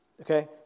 Okay